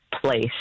place